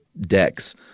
decks